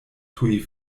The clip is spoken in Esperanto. tuj